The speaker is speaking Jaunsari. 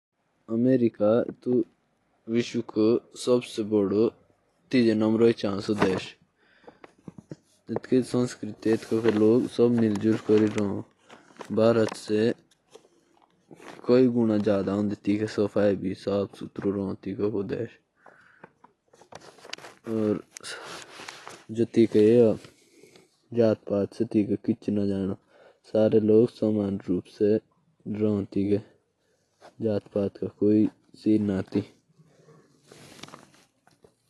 जो अमेरिका देश ह। उसकी संस्कृति भूत जादा अची ह। और व्हा जाती पाती कूछ नी ह। और व्हा सफ सफाई भी भूत अची ह।